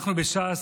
אנחנו בש"ס,